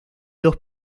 dos